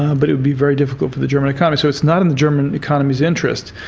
ah but it would be very difficult for the german economy. so it's not in the german economy's interests,